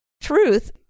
truth